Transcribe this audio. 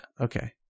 Okay